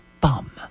bum